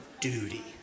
duty